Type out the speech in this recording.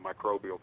microbial